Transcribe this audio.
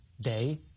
day